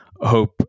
hope